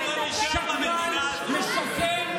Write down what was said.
שקרן, משקר.